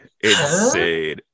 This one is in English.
insane